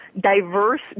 diverse